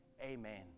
Amen